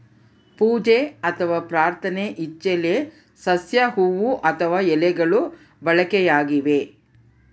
ಪೂಜೆ ಅಥವಾ ಪ್ರಾರ್ಥನೆ ಇಚ್ಚೆಲೆ ಸಸ್ಯ ಹೂವು ಅಥವಾ ಎಲೆಗಳು ಬಳಕೆಯಾಗಿವೆ